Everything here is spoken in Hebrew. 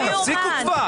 תפסיקו כבר.